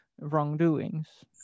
wrongdoings